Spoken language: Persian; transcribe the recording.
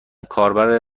کاربر